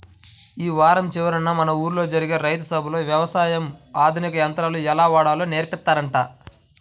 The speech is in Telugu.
యీ వారం చివరన మన ఊల్లో జరిగే రైతు సభలో యవసాయంలో ఆధునిక యంత్రాలు ఎలా వాడాలో నేర్పిత్తారంట